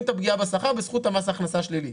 את הפגיעה בשכר בזכות מס הכנסה שלילי.